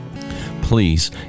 Please